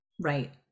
Right